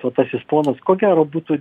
duotasis ponas ko gero būtų